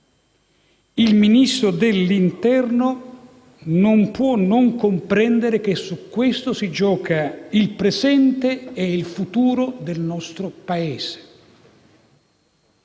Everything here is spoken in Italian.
il Ministro dell'interno non può non comprendere che su questo si giocano il presente e il futuro del nostro Paese.